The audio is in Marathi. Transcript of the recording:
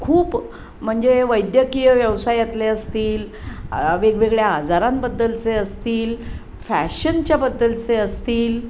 खूप म्हणजे वैद्यकीय व्यवसायातले असतील वेगवेगळ्या आजारांबद्दलचे असतील फॅशनच्याबद्दलचे असतील